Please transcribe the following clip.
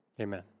Amen